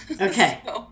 Okay